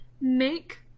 make